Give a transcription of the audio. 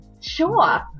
Sure